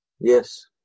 Yes